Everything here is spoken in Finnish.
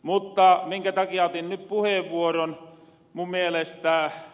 mutta minkä takia otin nyt puheenvuoron mun mielestä ed